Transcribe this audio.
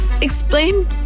explain